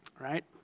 Right